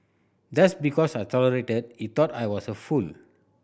just because I tolerated he thought I was a fool